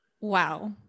Wow